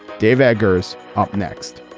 dave eggers up next